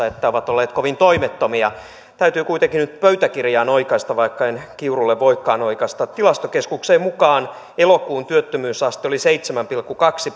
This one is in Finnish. että ovat olleet kovin toimettomia täytyy kuitenkin nyt pöytäkirjaan oikaista vaikka en kiurulle voikaan oikaista tilastokeskuksen mukaan elokuun työttömyysaste oli seitsemän pilkku kaksi